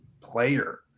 player